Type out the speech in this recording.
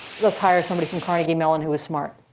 let's hire somebody from carnegie mellon who was smart.